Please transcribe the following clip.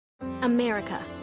America